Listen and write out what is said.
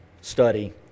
study